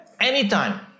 anytime